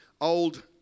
old